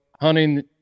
hunting